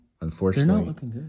Unfortunately